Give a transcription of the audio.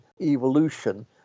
evolution